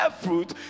fruit